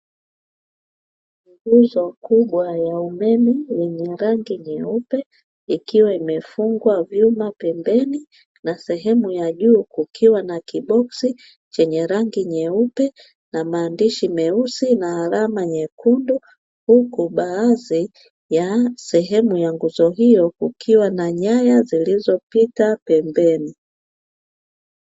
Nguzo kubwa ya umeme yenye rangi nyeupe ikiwa imefungwa vyuma pembeni, na sehemu ya juu kukiwa na kiboski chenye rangi nyeupe na maandishi meusi na alama nyekundu, huku baadhi ya sehemu ya nguzo hiyo kukiwa na nyaya zilizopita pembeni.